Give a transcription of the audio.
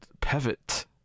pivot